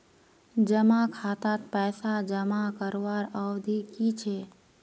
जमा खातात पैसा जमा करवार अवधि की छे?